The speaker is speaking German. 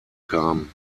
kamen